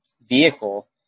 vehicle